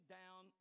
down